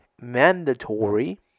mandatory